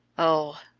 oh!